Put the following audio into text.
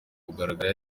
kugaragara